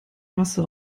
masse